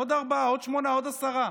עוד ארבעה, עוד שמונה, ועוד עשרה.